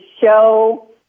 show